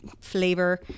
flavor